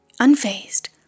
Unfazed